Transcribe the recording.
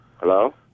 Hello